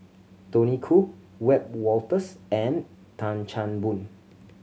Tony Khoo Wiebe Wolters and Tan Chan Boon